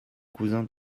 cousin